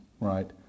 right